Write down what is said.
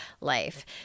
life